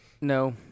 no